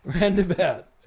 roundabout